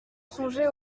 songeait